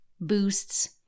boosts